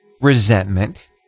resentment